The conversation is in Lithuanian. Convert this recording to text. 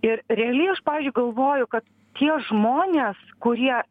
ir realiai aš pavyzdžiui galvoju kad tie žmonės kurie